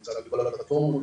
הוא נמצא בכל הפלטפורמות,